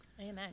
Amen